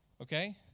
okay